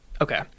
okay